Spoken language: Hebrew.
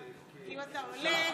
כבוד היושב-ראש,